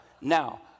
Now